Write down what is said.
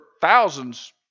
thousands